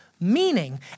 meaning